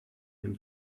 him